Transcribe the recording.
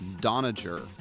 Doniger